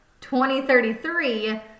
2033